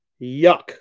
Yuck